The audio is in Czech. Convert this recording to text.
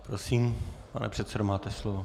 Prosím, pane předsedo, máte slovo.